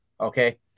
Okay